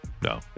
no